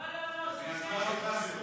לא לא לא, נגמר הזמן.